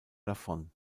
davon